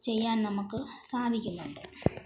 ചെയ്യാൻ നമുക്ക് സാധിക്കുന്നുണ്ട്